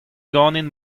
ganin